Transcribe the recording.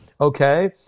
Okay